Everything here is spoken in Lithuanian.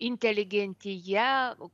inteligentija